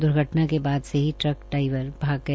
द्र्घटना के बाद से ही ट्रक डाईवर भाग गया